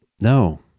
no